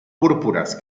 púrpuras